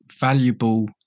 valuable